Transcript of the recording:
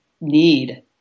need